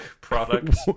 product